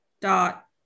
dot